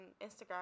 Instagram